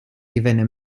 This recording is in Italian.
divenne